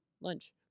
lunch